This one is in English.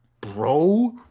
Bro